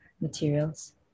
materials